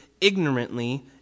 ignorantly